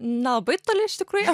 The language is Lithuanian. nelabai toli iš tikrųjų